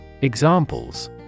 Examples